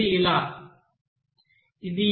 అది i1nYi - yi2